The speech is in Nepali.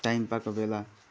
टाइम पाएको बेला